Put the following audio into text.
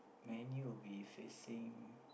Man-U will be facing